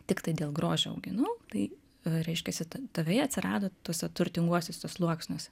tiktai dėl grožio auginu tai reiškiasi ta veja atsirado tuose turtinguosiuose sluoksniuose